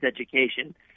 education